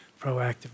Proactive